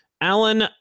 alan